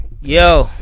Yo